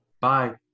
Bye